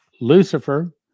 Lucifer